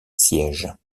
sièges